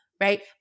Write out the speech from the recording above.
right